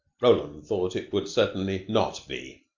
roland thought it would certainly not be.